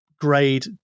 grade